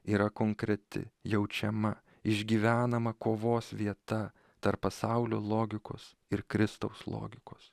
yra konkreti jaučiama išgyvenama kovos vieta tarp pasaulio logikos ir kristaus logikos